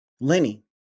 Lenny